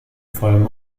vollen